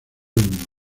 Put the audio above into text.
mundo